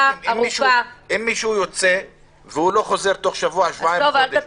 אם מישהו יוצא והוא לא חוזר תוך שבוע-שבועיים-חודש,